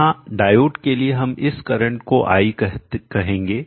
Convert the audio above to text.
यहां डायोड के लिए हम इस करंट को आई कहेंगे